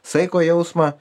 saiko jausmą